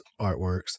artworks